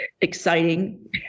exciting